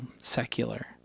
secular